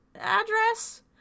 address